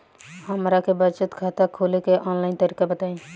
हमरा के बचत खाता खोले के आन लाइन तरीका बताईं?